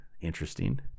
Interesting